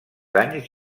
anys